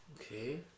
Okay